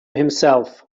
himself